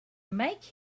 make